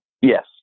Yes